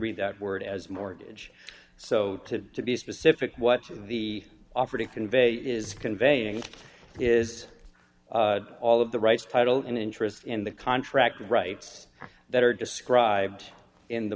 read that word as mortgage so to to be specific what the offer to convey is conveying is all of the right title and interest in the contract rights that are described in the